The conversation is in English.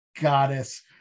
goddess